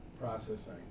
processing